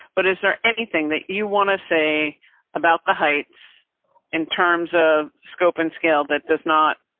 but is there anything that you want to say about the heights in terms of scope and scale? that does not.